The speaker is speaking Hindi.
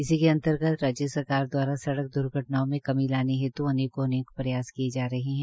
इसी के अर्न्तगत राज्य सरकार द्वारा सड़क द्र्घटनाओं में कमी लाने हेत् अनेकों अनेक प्रयास किये जा रहे है